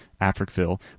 Africville